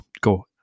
go